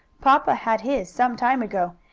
papa had his some time ago,